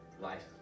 life